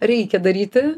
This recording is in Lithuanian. reikia daryti